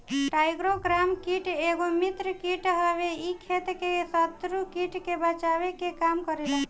trichogramma कीट एगो मित्र कीट हवे इ खेत के शत्रु कीट से बचावे के काम करेला